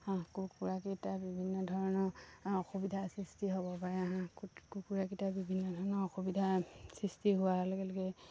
হাঁহ কুকুৰাকেইটা বিভিন্ন ধৰণৰ অসুবিধাৰ সৃষ্টি হ'ব পাৰে হাঁহ কুকুৰাকেইটা বিভিন্ন ধৰণৰ অসুবিধাৰ সৃষ্টি হোৱাৰ লগে লগেই